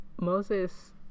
Moses